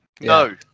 no